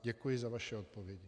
Děkuji za vaše odpovědi.